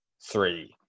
three